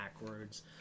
backwards